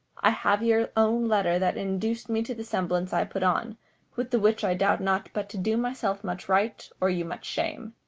i have your own letter that induc'd me to the semblance i put on with the which i doubt not but to do myself much right, or you much shame.